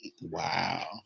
Wow